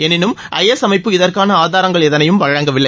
எனினும் I S அமைப்பு இதற்கான அத்தாட்சிகள் எதனையும் வழங்கவில்லை